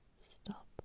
Stop